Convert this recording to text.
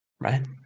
right